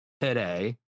today